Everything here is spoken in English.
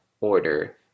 order